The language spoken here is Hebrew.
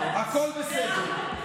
הכול בסדר.